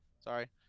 Sorry